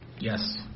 Yes